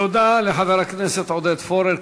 תודה לחבר הכנסת עודד פורר.